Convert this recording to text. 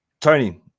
Tony